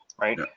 right